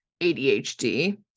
ADHD